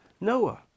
Noah